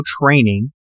training